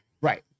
Right